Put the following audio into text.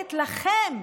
וצועקת לכם: